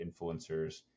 influencers